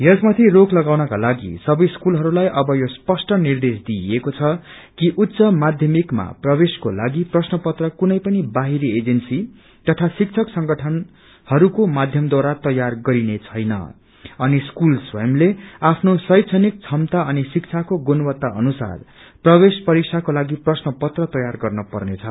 यसमाथि रोक लगाउनको लागि सबै स्कूलहरूलाई अब यो स्पष्ट निर्देश दिइएको छ कि उच्च माध्यमिकमा प्रवेशको लागि प्रश्नपत्र कुनै पनि बाहिरी एजेन्सी तथा शिक्षक संगठनहरूको माध्यमद्वारा तयार गरिने छैन अनि स्कूल स्वंयले आफ्नो शैक्षणिक क्षमता असिन शिक्षको गुणवत्ता अनुसार प्रवेश परीक्षाको लागि प्रश्न पत्र तयार गर्न पर्नेछ